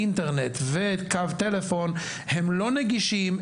אינטרנט וקו טלפון הם לא נגישים,